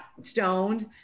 stoned